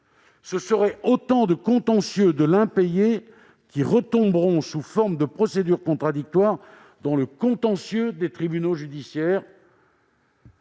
Ce serait autant de contentieux de l'impayé qui retomberaient, sous forme de procédures contradictoires, dans le contentieux des tribunaux judiciaires,